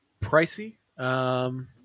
pricey